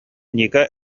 ника